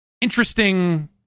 interesting